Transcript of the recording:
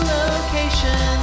location